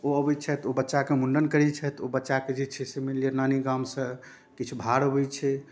ओ अबै छथि ओ बच्चाके मुण्डन करै छथि ओ बच्चाके जे छै से मानि लिअऽ जे नानी गामसँ किछु भार अबै छै